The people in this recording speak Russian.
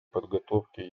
подготовке